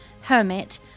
hermit